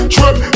Trip